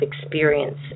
experience